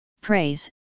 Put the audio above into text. praise